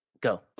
Go